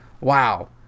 Wow